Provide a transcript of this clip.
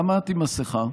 למה את עם מסכה?